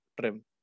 trim